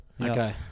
Okay